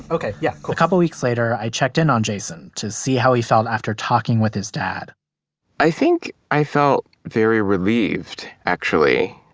ok. yeah. cool a couple weeks later, i checked in on jason to see how he felt after talking with his dad i think i felt very relieved actually.